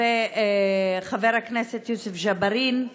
וחבר הכנסת יוסף ג'בארין,